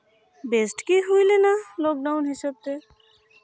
ᱵᱮᱥᱜᱮ ᱦᱩᱭ ᱞᱮᱱᱟ ᱞᱚᱠᱰᱟᱣᱩᱱ ᱦᱤᱥᱟᱹᱵᱛᱮ